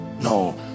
no